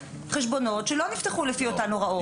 חשבונות שלא נפתחו לפי אותן הוראות.